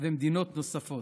ומדינות נוספות.